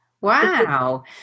Wow